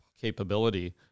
capability